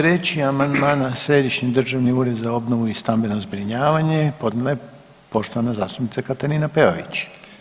3 Amandman na Središnji državni ured za obnovu i stambeno zbrinjavanje podnijela je poštovana zastupnica Katarina Peović.